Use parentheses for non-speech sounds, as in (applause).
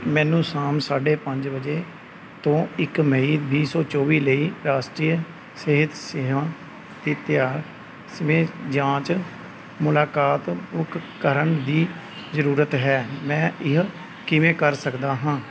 ਮੈਨੂੰ ਸ਼ਾਮ ਸਾਢੇ ਪੰਜ ਵਜੇ ਤੋਂ ਇੱਕ ਮਈ ਵੀਹ ਸੌ ਚੌਵੀ ਲਈ ਰਾਸ਼ਟਰੀ ਸਿਹਤ (unintelligible) ਦੇ ਤਹਿਤ ਸਿਹਤ ਜਾਂਚ ਮੁਲਾਕਾਤ ਬੁੱਕ ਕਰਨ ਦੀ ਜ਼ਰੂਰਤ ਹੈ ਮੈਂ ਇਹ ਕਿਵੇਂ ਕਰ ਸਕਦਾ ਹਾਂ